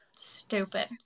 stupid